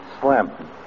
Slam